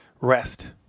rest